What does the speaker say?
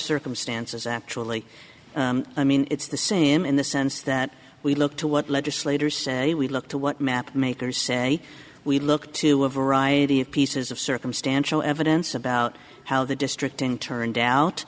circumstances actually i mean it's the same in the sense that we look to what legislators say we look to what mapmakers say we look to a variety of pieces of circumstantial evidence about how the district in turn